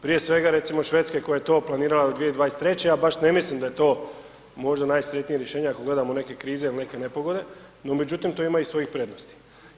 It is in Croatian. Prije svega recimo Švedska koja je to planirala do 2023., a baš ne mislim da je to možda najsretnije rješenje ako gledamo neke krize ili neke nepogode, no međutim to ima i svojih prednosti.